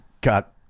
Got